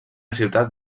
ciutat